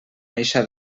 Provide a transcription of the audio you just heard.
eixa